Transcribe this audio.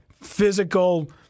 physical